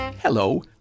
Hello